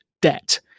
debt